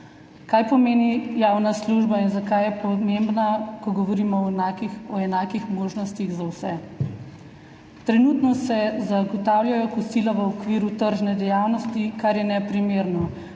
Kaj pomeni javna služba in zakaj je pomembna, ko govorimo o enakih možnostih za vse? Trenutno se zagotavljajo kosila v okviru tržne dejavnosti, kar je neprimerno,